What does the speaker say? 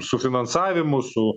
su finansavimu su